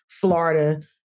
Florida